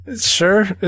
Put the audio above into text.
Sure